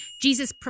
Jesus